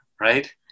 right